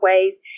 ways